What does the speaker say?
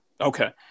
Okay